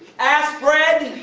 ass bread!